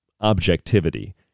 objectivity